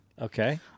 Okay